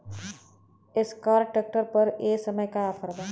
Escort tractor पर ए समय का ऑफ़र बा?